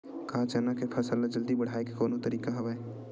का चना के फसल ल जल्दी बढ़ाये के कोनो तरीका हवय?